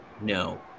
No